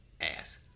ass